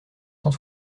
cent